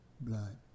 blood